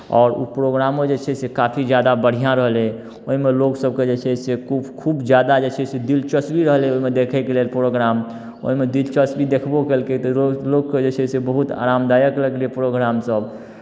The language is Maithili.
आओर ओ प्रोग्रामो जे छै से काफी ज्यादा बढ़िआँ रहलै ओहिमे लोकसभके जे छै से खूब खूब ज्यादा जे छै से दिलचस्पी रहलै ओहिमे देखयके लेल प्रोग्राम ओहिमे दिलचस्पी देखबो केलकै तऽ रो लोकके जे छै से बहुत आरामदायक लगलै प्रोग्रामसभ